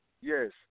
Yes